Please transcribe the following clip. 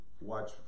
watch